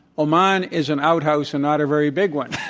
oman is an outhouse and not a very big one.